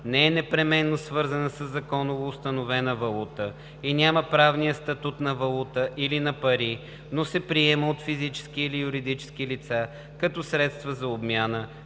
не е непременно свързана със законово установена валута и няма правния статут на валута или на пари, но се приема от физически или юридически лица като средство за обмяна